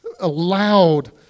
allowed